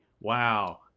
Wow